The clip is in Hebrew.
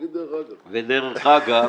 אני מתכבד לפתוח את ועדת הכנסת.